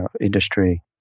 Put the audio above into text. industry